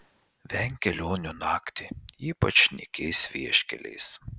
venk kelionių naktį ypač nykiais vieškeliais